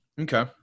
Okay